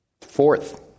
fourth